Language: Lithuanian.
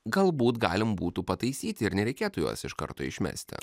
galbūt galima būtų pataisyti ir nereikėtų juos iš karto išmesti